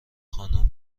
خانوم